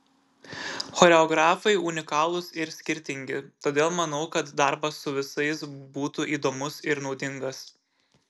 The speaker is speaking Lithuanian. choreografai unikalūs ir skirtingi todėl manau kad darbas su visais būtų įdomus ir naudingas